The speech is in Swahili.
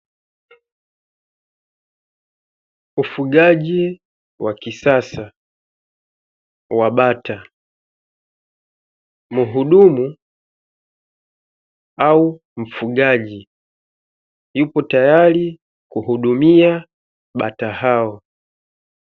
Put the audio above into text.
Ufugaji wa kisasa wa bata. Mhudumu au mfugaji yupo tayari kuhudumia bata hao.